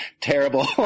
terrible